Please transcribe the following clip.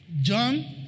John